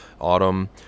autumn